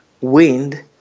wind